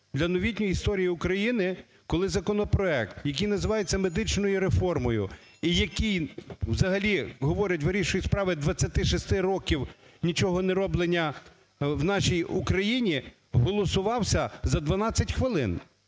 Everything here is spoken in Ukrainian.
для новітньої історії України, коли законопроект, який називається медичною реформою і який взагалі говорить, вирішує справи 26 років нічого неробляння в нашій Україні, голосувався за 12 хвилин,